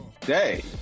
day